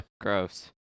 Gross